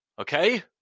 Okay